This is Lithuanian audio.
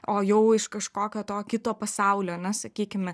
o jau iš kažkokio to kito pasaulio ane sakykime